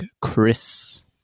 Chris